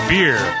Beer